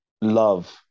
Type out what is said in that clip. love